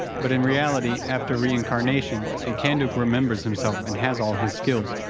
but in reality, after reincarnation, a kanduk remembers himself and has all his skills.